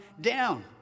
down